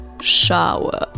Shower